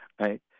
Right